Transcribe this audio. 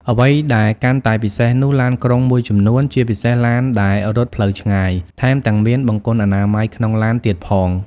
អ្វីដែលកាន់តែពិសេសនោះ ឡានក្រុងមួយចំនួន ជាពិសេសឡានដែលរត់ផ្លូវឆ្ងាយ ថែមទាំងមាន បង្គន់អនាម័យក្នុងឡាន ទៀតផង។